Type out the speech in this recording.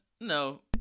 no